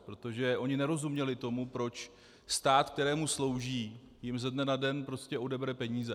Protože oni nerozuměli tomu, proč stát, kterému slouží, jim ze dne na den prostě odebere peníze.